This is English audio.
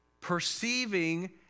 perceiving